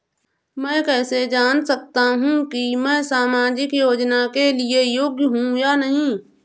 मैं कैसे जान सकता हूँ कि मैं सामाजिक योजना के लिए योग्य हूँ या नहीं?